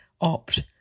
opt